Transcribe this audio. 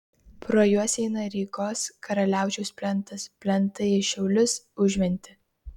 pro juos eina rygos karaliaučiaus plentas plentai į šiaulius užventį